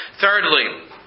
thirdly